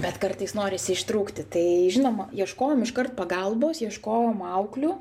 bet kartais norisi ištrūkti tai žinoma ieškojom iškart pagalbos ieškojom auklių